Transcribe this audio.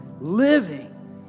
living